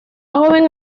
joven